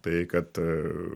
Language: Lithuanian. tai kad